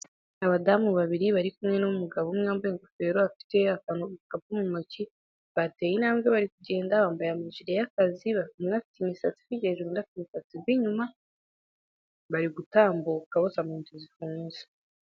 Abadamu babiri bari kumwe n'umugabo umwe, wambaye ingofero. Afite agakapu mu ntoki. Bateye intambwe bari kugenda bambaye ijire y'akazi. Umwe afite imisatsi iri hejuru undi afite igwa inyuma. Bari gutambuka bose bambaye inkweto zifunze.